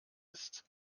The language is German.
ist